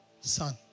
son